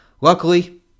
luckily